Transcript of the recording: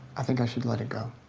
i think i should let it go.